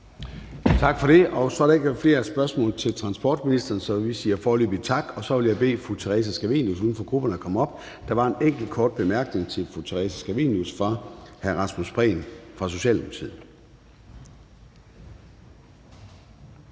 Tak for det. Så er der ikke flere spørgsmål til transportministeren, så vi siger foreløbig tak. Så vil jeg bede fru Theresa Scavenius uden for grupperne om at komme herop igen, for der var en enkelt kort bemærkning til fru Theresa Scavenius fra hr. Rasmus Prehn fra Socialdemokratiet.